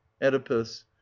oedipus